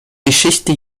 geschichte